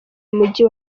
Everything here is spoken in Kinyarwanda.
mujyi